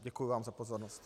Děkuji vám za pozornost.